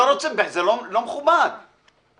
------ לא, אנחנו מתנגדים לזה.